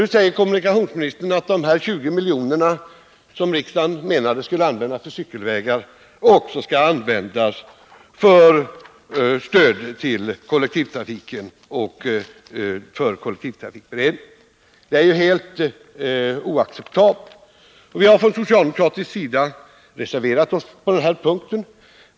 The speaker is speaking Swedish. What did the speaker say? Nu säger kommunikationsministern att dessa 20 milj.kr., som enligt riksdagens mening skulle användas till cykelvägar, också skall användas för stöd till kollektivtrafiken och för kollektivtrafikberedningen. Det är ju helt oacceptabelt. Från socialdemokratisk sida har vi reserverat oss på denna punkt.